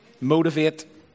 Motivate